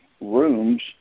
rooms